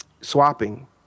swapping